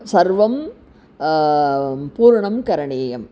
सर्वं पूर्णं करणीयम्